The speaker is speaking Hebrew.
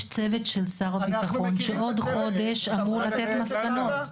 צוות של שר הביטחון שעוד חודש אמור לתת מסקנות.